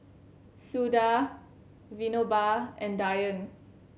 Suda Vinoba and Dhyan